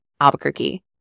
Albuquerque